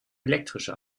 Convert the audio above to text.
elektrische